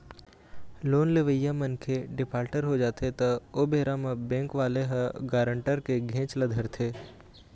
loan लेवइया मनखे defaulter हो जाथे त ओ बेरा म बेंक वाले ह गारंटर के घेंच ल धरथे